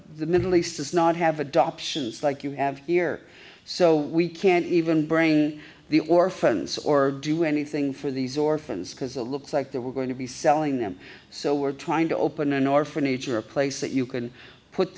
the middle east does not have adoptions like you have here so we can't even bring the orphans or do anything for these orphans because a looks like they were going to be selling them so we're trying to open an orphanage or a place that you can put